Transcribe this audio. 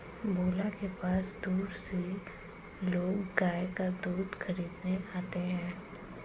भोला के पास दूर से लोग गाय का दूध खरीदने आते हैं